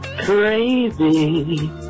Crazy